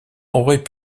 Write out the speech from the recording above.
aurait